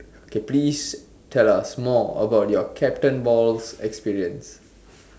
okay please tell us more about your captain balls experience